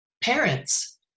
parents